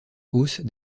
hausse